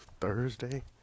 Thursday